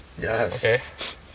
Yes